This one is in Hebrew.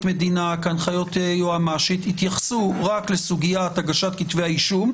מדינה והנחיות יועמ"ש התייחסו רק לסוגיית הגשת כתבי האישום,